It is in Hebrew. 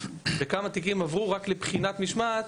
וכמה תיקים עברו רק לבחינת משמעת.